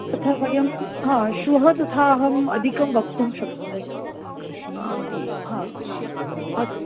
तथा वयं हा श्वः तथा अहम् अधिकं वक्तुं शक्नोमि हा अस्तु